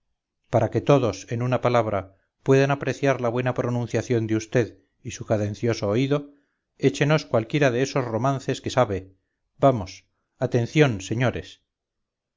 para que todos en una palabra puedan apreciar la buena pronunciación de vd y su cadencioso oído échenos cualquiera de esos romances que sabe vamos atención señores